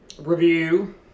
review